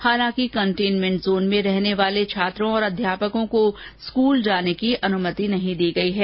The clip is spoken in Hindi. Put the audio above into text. हालांकि कंटेंटमेंट जोन में रहने वाले छात्रों और अध्यापकों को स्कूल जाने की अनुमति नहीं दी गई है